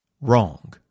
Wrong